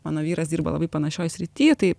mano vyras dirba labai panašioj srity tai